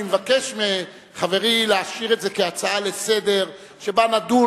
אני מבקש מחברי להשאיר את זה כהצעה לסדר-היום שנדון